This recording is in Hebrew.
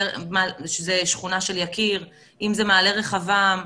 שזו שכונה של יקיר, אם זה מעלה רחבעם,